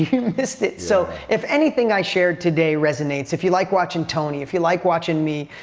you missed it. so, if anything i shared today resonates, if you like watching tony, if you like watching me,